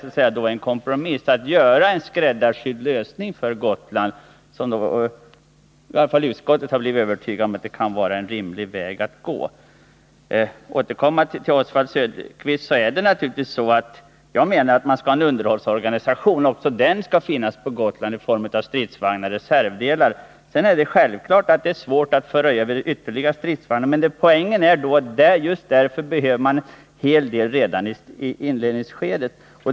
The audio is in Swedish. Men det gäller här en kompromiss — en skräddarsydd lösning för Gotland — som i varje fall utskottet har blivit övertygat om kan vara rimlig. För att återkomma till Oswald Söderqvist så menar jag att man naturligtvis skall ha en underhållsorganisation. Också den skall finnas på Gotland i form av stridsvagnsverkstad och reservdelar. Sedan är det klart att det är svårt att föra över ytterligare stridsvagnar. Poängen är att man just därför behöver en hel del redan i inledningsskedet.